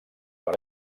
per